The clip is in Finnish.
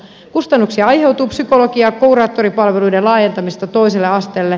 kustannuksia aiheutuu psykologi ja kuraattoripalveluiden laajentamisesta toiselle asteelle